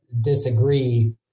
disagree